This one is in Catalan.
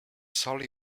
sol